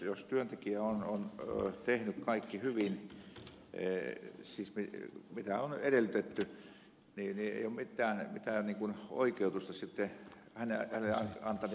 jos työntekijä on tehnyt kaiken hyvin mitä on edellytetty niin ei ole mitään oikeutusta sitten hänelle antaa niin kuin rangaistuskarenssi